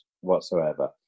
whatsoever